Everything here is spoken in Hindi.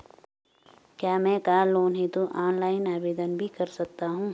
क्या मैं कार लोन हेतु ऑनलाइन आवेदन भी कर सकता हूँ?